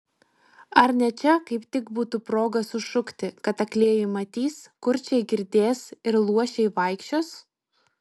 ar ne čia kaip tik būtų proga sušukti kad aklieji matys kurčiai girdės ir luošiai vaikščios